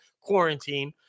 quarantine